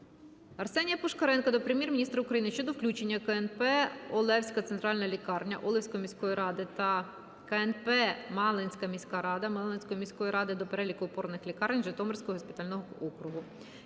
Арсенія Пушкаренка до Прем'єр-міністра України щодо включення КНП "Олевська центральна лікарня" Олевської міської ради та КНП "Малинська міська лікарня" Малинської міської ради до переліку опорних лікарень Житомирського госпітального округу.